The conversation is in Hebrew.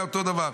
היה אותו דבר.